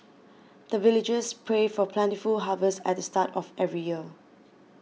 the villagers pray for plentiful harvest at the start of every year